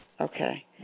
okay